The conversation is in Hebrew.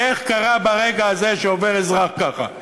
איך קרה הרגע הזה שעובר אזרח ככה.